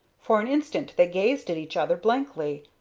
for an instant they gazed at each other blankly,